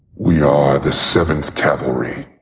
we are the seventh cavalry.